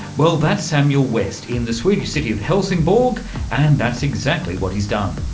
well, that's samuel west in the swedish city of helsingborg and that's exactly what he's done.